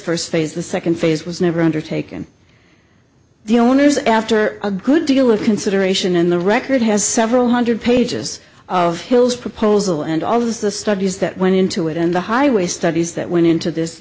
phase the second phase was never undertaken the owner's after a good deal of consideration and the record has several hundred pages of bills proposal and all of the studies that went into it and the highway studies that went into this